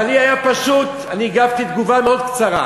אבל לי היה פשוט, אני הגבתי תגובה מאוד קצרה,